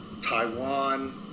Taiwan